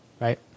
right